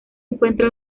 encuentra